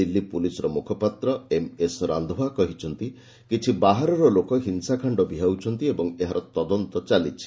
ଦିଲ୍ଲୀ ପୁଲିସ୍ର ମୁଖପାତ୍ର ଏମ୍ଏସ୍ ରାନ୍ଧୱା କହିଛନ୍ତି କିଛି ବାହାରର ଲୋକ ହିଂସାକାଣ୍ଡ ଭିଆଉଛନ୍ତି ଏବଂ ଏହାର ତଦନ୍ତ ଚାଲିଛି